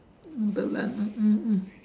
per month ah mm mm